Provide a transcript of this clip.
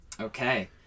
Okay